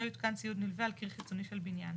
(3) לא יותקן ציוד נלווה על קיר חיצוני של בניין.